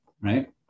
right